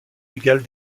légal